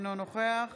אינו נוכח